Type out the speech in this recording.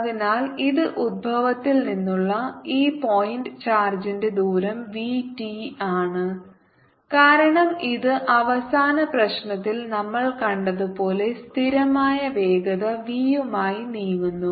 അതിനാൽ ഇത് ഉത്ഭവത്തിൽ നിന്നുള്ള ഈ പോയിന്റ് ചാർജിന്റെ ദൂരം v t ആണ് കാരണം ഇത് അവസാന പ്രശ്നത്തിൽ നമ്മൾ കണ്ടതുപോലെ സ്ഥിരമായ വേഗത v യുമായി നീങ്ങുന്നു